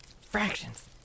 Fractions